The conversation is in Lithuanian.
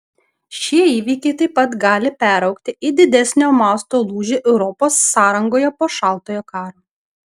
šie įvykiai taip pat gali peraugti į didesnio masto lūžį europos sąrangoje po šaltojo karo